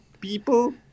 People